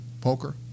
poker